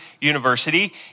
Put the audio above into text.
University